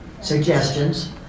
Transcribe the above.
suggestions